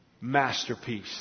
masterpiece